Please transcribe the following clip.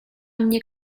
mnie